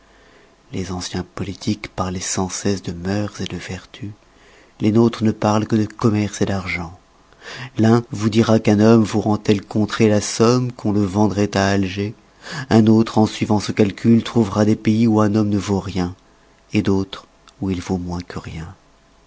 les anciens politiques parloient sans cesse de mœurs de vertu les nôtres ne parlent que de commerce d'argent l'un vous dira qu'un homme vaut en telle contrée la somme qu'on le vendroit à alger un autre en suivant ce calcul trouvera des pays où un homme ne vaut rien d'autres ou il vaut moins que rien